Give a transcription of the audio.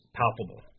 palpable